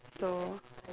so